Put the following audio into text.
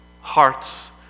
hearts